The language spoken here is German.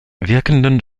wirkenden